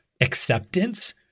acceptance